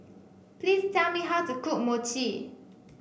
please tell me how to cook Mochi